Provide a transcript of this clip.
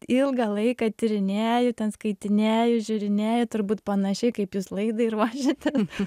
ilgą laiką tyrinėju ten skaitinėju žiūrinėju turbūt panašiai kaip jūs laidai ruošiatės